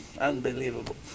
Unbelievable